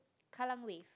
Kallang-Wave